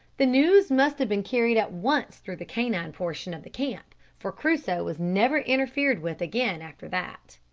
the news must have been carried at once through the canine portion of the camp, for crusoe was never interfered with again after that.